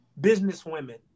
businesswomen